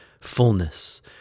fullness